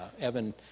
Evan